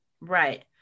right